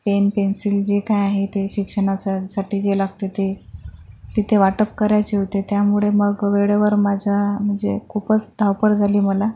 pen pencil जे काही आहे ते शिक्षणासाठी जे लागते ते तिथे वाटप करायचे होते त्यामुळे मग वेळेवर माझ्या म्हणजे खूपच धावपळ झाली मला